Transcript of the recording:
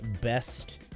best